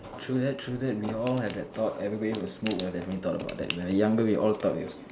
true that true that we all have that thought everybody who smoked would have definitely thought about that when we were younger we all thought it was